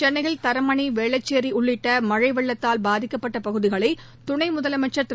சென்னையில் தரமணி வேளச்சேரி உள்ளிட்ட மழழ வெள்ளத்தால் பாதிக்கப்ப்ட்ட பகுதிகளை துணை முதலமைச்சர் திரு